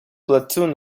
platoon